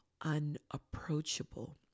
unapproachable